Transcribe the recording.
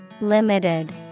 limited